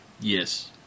Yes